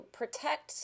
protect